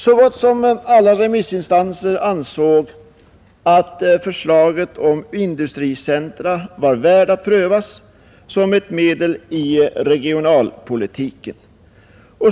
Så gott som alla remissinstanser ansåg att förslaget om industricentra var värt att prövas som ett medel i regionalpolitiken.